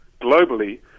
globally